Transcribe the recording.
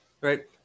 right